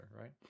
right